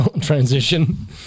transition